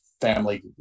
family